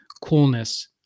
coolness